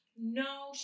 No